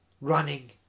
Running